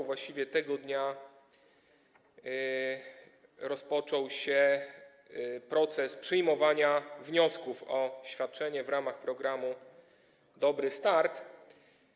Właściwie to tego dnia rozpoczął się proces przyjmowania wniosków o udzielenie świadczenia w ramach programu „Dobry start”